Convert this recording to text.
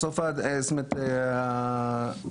זאת אומרת,